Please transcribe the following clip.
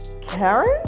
Karen